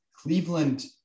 Cleveland